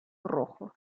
rojo